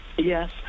Yes